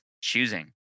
choosing